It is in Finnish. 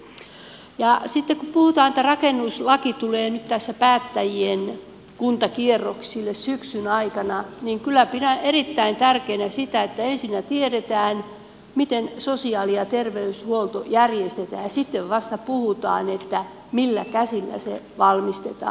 sitten kun puhutaan että rakennuslaki tulee tässä päättäjien kuntakierroksille syksyn aikana niin kyllä pidän erittäin tärkeänä sitä että ensinnä tiedetään miten sosiaali ja terveyshuolto järjestetään ja sitten vasta puhutaan millä käsillä se valmistetaan